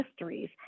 Mysteries